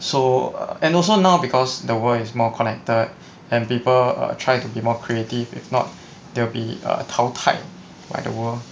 so err and also now because the world is more connected and people err try to be more creative if not they'll be 淘汰 by the world